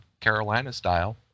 Carolina-style